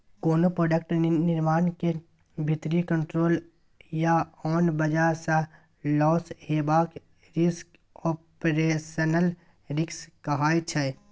कोनो प्रोडक्ट निर्माण मे भीतरी कंट्रोल या आन बजह सँ लौस हेबाक रिस्क आपरेशनल रिस्क कहाइ छै